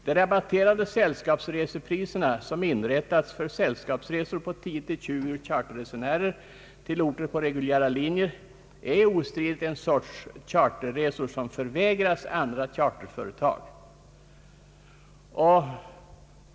De rabatterade sällskapsresepriser som inrättats för sällskap på 10—20 charterresenärer till orter på reguljära linjer är ostridigt en sorts charterresor som förvägras andra charterföretag.